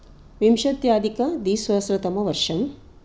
विंशत्यधिकद्विसहस्रतमवर्षम्